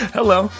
Hello